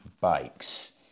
bikes